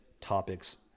topics